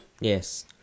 Yes